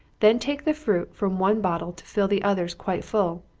then take the fruit from one bottle to fill the others quite full.